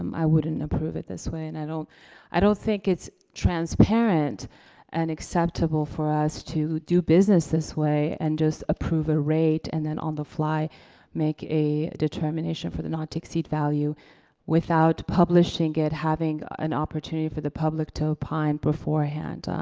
um i wouldn't approve it this way and i don't i don't think it's transparent and acceptable for us to do business this way and just approve a rate and then on the fly make a determination for the not to exceed value without publishing it, having an opportunity for the public to opine beforehand.